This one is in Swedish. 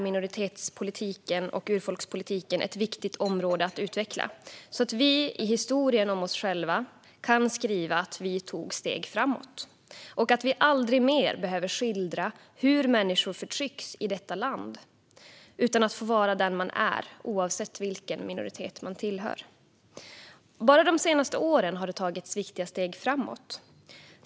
Minoritets och urfolkspolitiken är ett viktigt område att utveckla så att vi i historien om oss själva kan skriva att vi tog steg framåt och för att vi aldrig mer ska behöva skildra hur människor förtrycks i detta land utan att man får vara den man är oavsett vilken minoritet man tillhör. Bara de senaste åren har det tagits viktiga steg framåt.